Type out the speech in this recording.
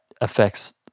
affects